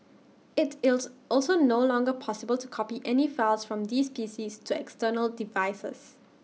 IT is also no longer possible to copy any files from these PCs to external devices